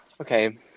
okay